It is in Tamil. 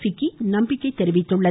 பிக்கி நம்பிக்கைத் தெரிவித்துள்ளது